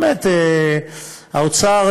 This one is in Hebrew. האוצר,